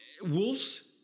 Wolves